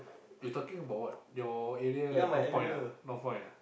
you talking about what your area North Point lah North Point lah